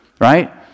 right